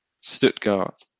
Stuttgart